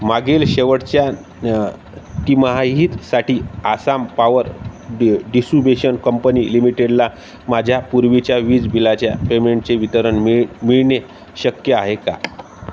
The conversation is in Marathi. मागील शेवटच्या तिमाहीसाठी आसाम पावर डि डिसुबिशन कंपनी लिमिटेडला माझ्या पूर्वीच्या वीज बिलाच्या पेमेंटचे वितरण मिळ मिळणे शक्य आहे का